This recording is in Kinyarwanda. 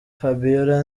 fabiola